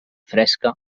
fresca